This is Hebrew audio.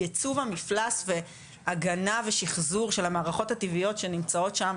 ייצוב המפלס וההגנה ושחזור של המערכות הטבעיות שנמצאות שם,